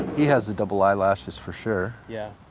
he has the double eyelashes for sure. yeah.